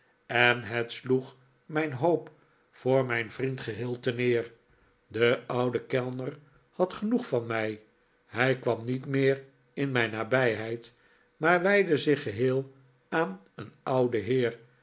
en het sloeg mijn hoop voor mijn vriend geheel terneer de oude kellner had genoeg van mij hij kwam niet meer in mijn nabijheid maar wijdde zich geheel aan een ouden heer